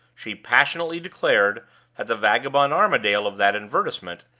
she passionately declared that the vagabond armadale of that advertisement,